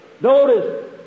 Notice